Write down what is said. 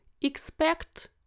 expect